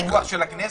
בלי פיקוח של הכנסת?